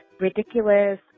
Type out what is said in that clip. ridiculous